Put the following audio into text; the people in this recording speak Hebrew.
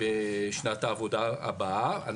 בשנת העבודה הבאה.